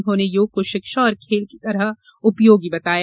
उन्होंने योग को शिक्षा और खेल की तरह उपयोगी बताया